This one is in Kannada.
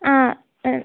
ಹಾಂ ಹಾಂ